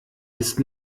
ist